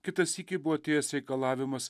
kitą sykį buvo atėjęs reikalavimas